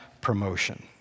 promotion